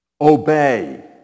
Obey